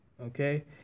okay